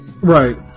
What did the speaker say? Right